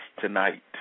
tonight